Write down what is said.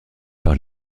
par